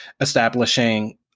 establishing